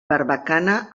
barbacana